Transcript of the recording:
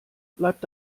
bleibt